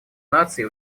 наций